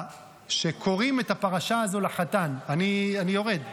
שקוראים את הפרשה הזו לחתן, אני יורד,